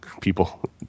people